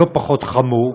לא פחות חמור: